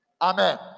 Amen